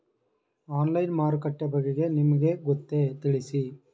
Online ಮಾರುಕಟ್ಟೆ ಬಗೆಗೆ ನಿಮಗೆ ಗೊತ್ತೇ? ತಿಳಿಸಿ?